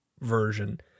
version